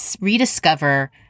rediscover